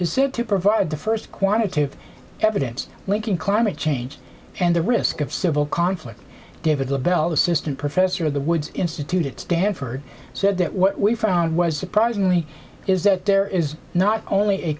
is said to provide the first quantitative evidence linking climate change and the risk of civil conflict david labelle assistant professor of the woods institute at stanford said that what we found was surprisingly is that there is not only a